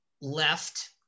left